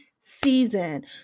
season